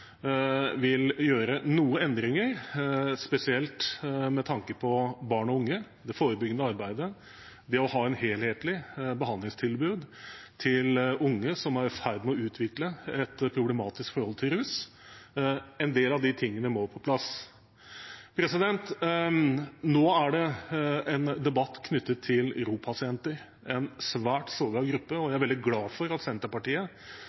vil gjøre noen endringer, spesielt med tanke på barn og unge, det forebyggende arbeidet, det å ha et helhetlig behandlingstilbud til unge som er i ferd med å utvikle et problematisk forhold til rus. En del av de tingene må på plass. Nå er det en debatt knyttet til ROP-pasienter, en svært sårbar gruppe, og jeg er veldig glad for at Senterpartiet